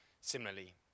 similarly